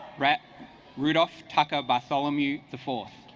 rap rudolph tucker bartholomew the fourth